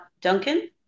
Duncan